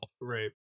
Right